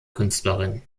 künstlerin